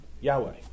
Yahweh